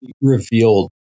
revealed